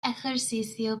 ejercicio